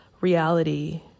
reality